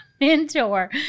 mentor